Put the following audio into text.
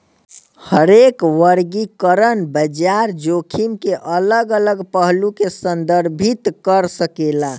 हरेक वर्गीकरण बाजार जोखिम के अलग अलग पहलू के संदर्भित कर सकेला